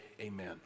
amen